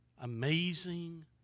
amazing